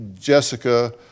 Jessica